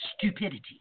stupidity